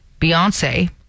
Beyonce